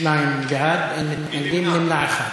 שניים בעד, אין מתנגדים, נמנע אחד.